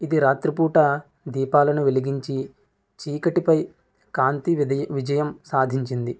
ఇది రాత్రి పూట దీపాలను వెలిగించి చీకటిపై కాంతి వెలిగి విజయం సాధించింది